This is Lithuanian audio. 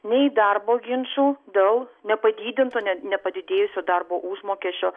nei darbo ginčų dėl nepadidinto net ne nepadidėjusio darbo užmokesčio